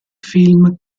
film